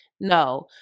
no